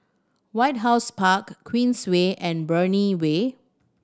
White House Park Queensway and Brani Way